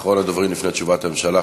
אחרון הדוברים לפני תשובת הממשלה,